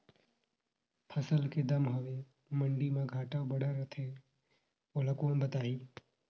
फसल के दम हवे मंडी मा घाट बढ़ा रथे ओला कोन बताही?